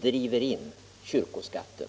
driver in kyrkoskatten.